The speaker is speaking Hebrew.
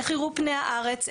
איך יראו פני הארץ,